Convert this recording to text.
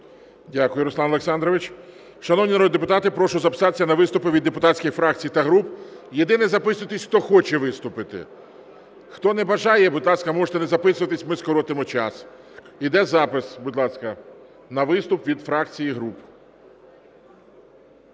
Дякую, Руслан Олександрович. Шановні народні депутати, прошу записатись на виступи від депутатських фракцій та груп. Єдине, записуйтесь, хто хоче виступити. Хто не бажає, будь ласка, можете не записуватись, ми скоротимо час. Йде запис, будь ласка, на виступ від фракцій і груп.